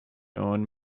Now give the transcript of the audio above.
own